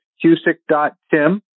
cusick.tim